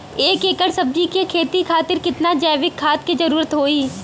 एक एकड़ सब्जी के खेती खातिर कितना जैविक खाद के जरूरत होई?